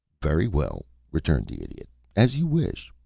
very well, returned the idiot as you wish.